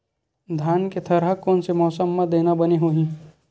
धान के थरहा कोन से मौसम म देना बने होही?